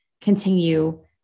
continue